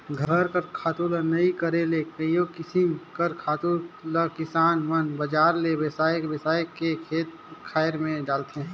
घर कर खातू ल नी करे ले कइयो किसिम कर खातु ल किसान मन बजार ले बेसाए बेसाए के खेत खाएर में डालथें